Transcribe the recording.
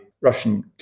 Russian